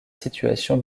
situation